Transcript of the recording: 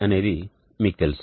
అనేది మీకు తెలుసు